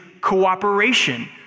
cooperation